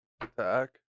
attack